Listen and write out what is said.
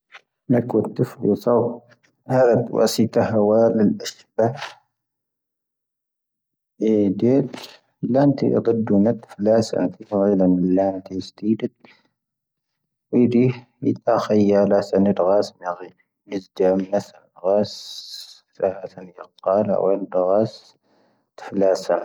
ⵏⴰⴽⵓ ⵜⵉⴼⵍ ⵢⵓⵙⴰⵡ. ⴰⴰⵔⴻⵜ ⵡⴰⵙⵉⵜⴰ ⵀⴰⵡⴰⵍ ⵉⵙⴱⴰⵀ. ⴻⴷⵉⵍ. ⵍⴰⵏⵜⴻ ⵉⵇⴰⴷⵓⵏⴰⵜ. ⴼⵍⴰⴰⵙ ⴰⵏⵜⵉ. ⵔⴰⵉⵍⴰⵏ ⵍⴰⵏⵜⴻ ⵉⵙⵜⵉⴷⵉⵜ. ⵡⵉⴷⵉ. ⵎⵉⴷⴰⴰⴽⵉⵢⵢⴰ. ⵍⴰⵙⴰⵏ ⵉⴷⵔⴰⵙⵙ ⵏⴰⴳⵀⵉⵍ. ⵎⵉⵙⴷⴰ ⵎⵏⴰ ⵙⴰⵏ. ⵔⴰⵙⵙ. ⵙⴰⵀⵜⴰⵏ ⵉⵇⵇⴰⵔⴰ. oⵏ ⵉⴷⵔⴰⵙⵙ. ⵜⴼⵍⴰⴰⵙ ⴰⵏ.